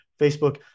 Facebook